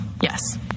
Yes